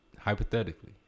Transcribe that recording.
Hypothetically